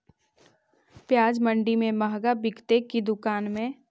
प्याज मंडि में मँहगा बिकते कि दुकान में?